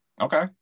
Okay